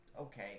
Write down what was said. okay